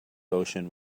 ocean